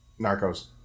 Narcos